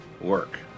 work